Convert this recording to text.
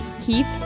keep